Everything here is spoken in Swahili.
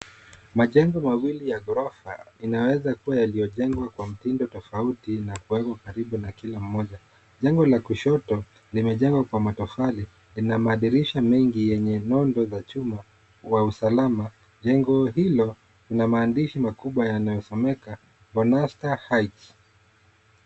Majengo mawili ya ghorofa inaweza kuwa yaliyojengwa kwa mtindo tofauti na kuwekwa karibu na kila moja. Jengo la kushoto limejengwa kwa matofali, lina madirisha mengi yenye nondo za chuma wa usalama. Jengo hilo lina maandishi makubwa yanayosomeka bonasta heights .